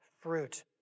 fruit